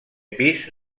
pis